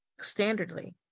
standardly